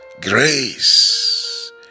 grace